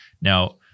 Now